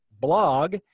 blog